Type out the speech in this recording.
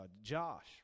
Josh